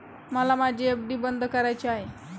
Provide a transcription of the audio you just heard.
मला माझी एफ.डी बंद करायची आहे